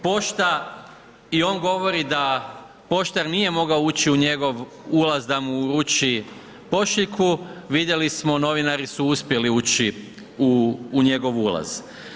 Pošta i on govori da poštar nije mogao ući u njegov ulaz da mu uruči pošiljku, vidjeli smo, novinaru su uspjeli ući u njegov ulaz.